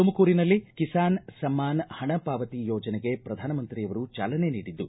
ತುಮಕೂರಿನಲ್ಲಿ ಕಿಸಾನ್ ಸಮ್ಮಾನ್ ಹಣ ಪಾವತಿ ಯೋಜನೆಗೆ ಪ್ರಧಾನಮಂತ್ರಿಯವರು ಚಾಲನೆ ನೀಡಿದ್ದು